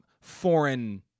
foreign